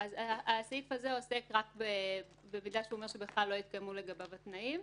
הסעיף הזה עוסק רק אם הוא אומר שבכלל לא התקיימו לגביו התנאים,